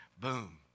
boom